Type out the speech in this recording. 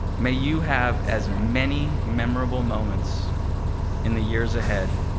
may you have as many memorable moments in the years ahead